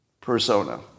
persona